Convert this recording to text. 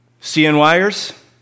CNYers